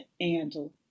Angel